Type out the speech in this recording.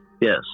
Yes